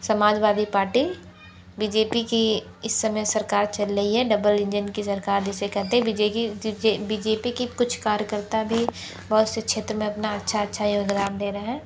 Samajwadi party B J P की इस समय सरकार चल रही है डबल इंजन की सरकार जिसे कहते हैं बी जे पी के कुछ कार्यकर्ता भी बहुत से क्षेत्र में अपना अच्छा अच्छा योगदान दे रहे हैं